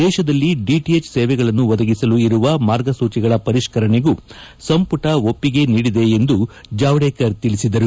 ದೇಶದಲ್ಲಿ ಡಿಟಿಎಚ್ ಸೇವೆಗಳನ್ನು ಒದಗಿಸಲು ಇರುವ ಮಾರ್ಗಸೂಚಿಗಳ ಪರಿಷ್ತರಣೆಗೂ ಸಂಪುಟ ಒಪ್ಪಿಗೆ ನೀಡಿದೆ ಎಂದು ಜಾವಡೇಕರ್ ತಿಳಿಸಿದ್ದಾರೆ